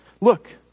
look